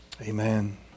Amen